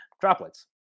droplets